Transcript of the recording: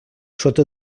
sota